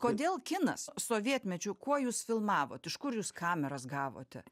kodėl kinas sovietmečiu kuo jūs filmavot iš kur jūs kameras gavote